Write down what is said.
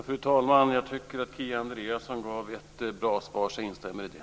Fru talman! Jag tycker att Kia Andreasson gav ett bra svar, så jag instämmer i det.